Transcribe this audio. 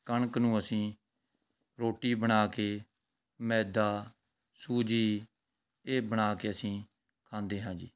ਕਣਕ ਨੂੰ ਅਸੀਂ ਰੋਟੀ ਬਣਾ ਕੇ ਮੈਦਾ ਸੂਜੀ ਇਹ ਬਣਾ ਕੇ ਅਸੀਂ ਖਾਂਦੇ ਹਾਂ ਜੀ